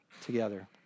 together